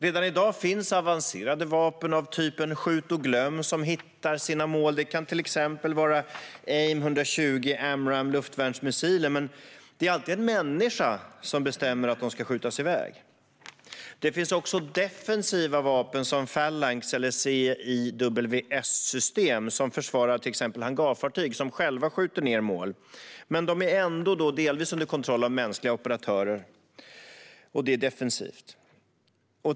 Redan i dag finns avancerade vapen av typen skjut och glöm som hittar sina mål. Det kan till exempel vara AIM-120 AMRAM luftvärnsmissiler. Men det är alltid en människa som bestämmer att de ska skjutas iväg. Det finns också defensiva vapen, som Phalanx eller CIWS-system, som försvarar till exempel hangarfartyg som själva skjuter ned mål. Men de är ändå delvis under kontroll av mänskliga operatörer, och det är defensivt.